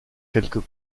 quelques